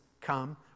come